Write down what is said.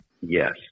yes